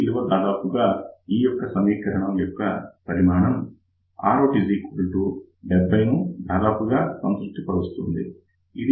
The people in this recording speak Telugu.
ఈ విలువ దాదాపుగా ఈ యొక్క సమీకరణం యొక్క పరిమాణం Rout 70 ను దాదాపుగా సంతృప్తి పరుస్తుంది